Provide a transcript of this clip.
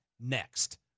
next